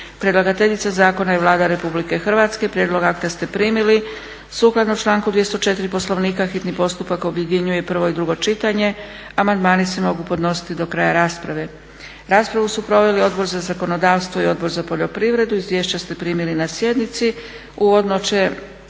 Predlagateljica zakona je Vlada Republike Hrvatske. Prijedlog akta ste primili. Sukladno članku 204. Poslovnika hitni postupak objedinjuje prvo i drugo čitanje. Amandmani se mogu podnositi do kraja rasprave. Raspravu su proveli Odbor za zakonodavstvo i Odbor za poljoprivredu. Izvješća ste primili na sjednici. Uvodno